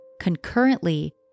concurrently